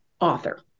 author